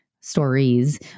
stories